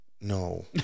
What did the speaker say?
no